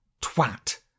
twat